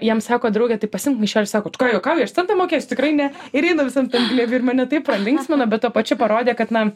jam sako draugė tai pasiimk maišelį sako tu ką juokauji aš centą mokėsiu tikrai ne ir eina visam tam glėby ir mane taip pralinksmino bet tuo pačiu parodė kad na